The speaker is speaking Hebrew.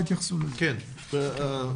בשבוע הבא